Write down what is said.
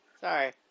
Sorry